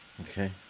Okay